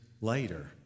later